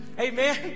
Amen